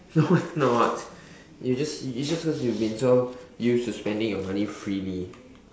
no it's not you just you just because you have been so used to spending your money freely